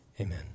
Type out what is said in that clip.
amen